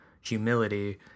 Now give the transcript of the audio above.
humility